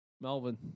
Melvin